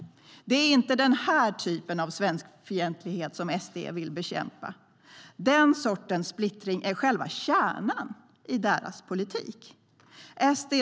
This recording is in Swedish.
Den sortens splittring är själva kärnan i deras politik.